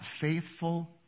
faithful